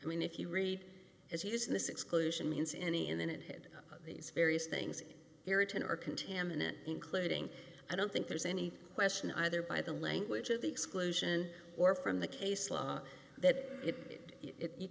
i mean if you read as he does this exclusion means any and then it hit these various things hear it in our contaminant including i don't think there's any question either by the language of the exclusion or from the case law that